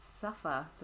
suffer